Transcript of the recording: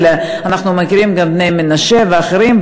אלא אנחנו מכירים גם בני מנשה ואחרים,